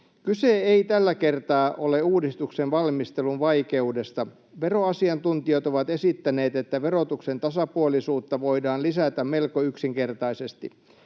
”Kyse ei tällä kertaa ole uudistuksen valmistelun vaikeudesta. Veroasiantuntijat ovat esittäneet, että verotuksen tasapuolisuutta voidaan lisätä melko yksinkertaisesti.